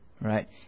right